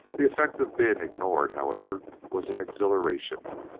the effect of being ignored, however, was an exhilaration.